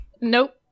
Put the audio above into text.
Nope